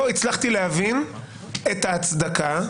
לא הצלחתי להבין את ההצדקה.